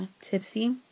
tipsy